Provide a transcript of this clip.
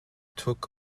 took